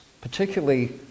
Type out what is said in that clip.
particularly